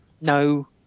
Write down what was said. No